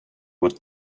what